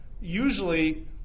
usually